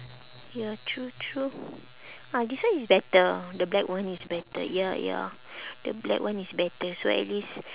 ya true true ah this one is better the black one is better ya ya the black one is better so at least